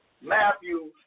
Matthew